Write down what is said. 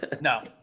No